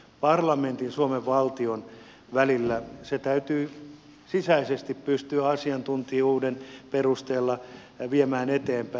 parlamentin ja suomen valtion välillä se täytyy sisäisesti pystyä asiantuntijuuden perusteella viemään eteenpäin